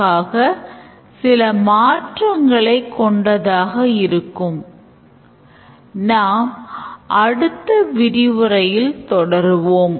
class diagram ஐ எவ்வாறு ஆவணப் படுத்துவது class relations மற்றும் அவற்றை class diagram ல் represent செய்வது எவ்வாறு என்பது பற்றியும் அடுத்த விரிவுரையில் விவாதிப்போம்